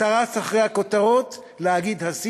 אתה רץ אחרי הכותרות, להגיד: עשיתי.